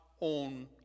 own